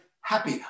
happy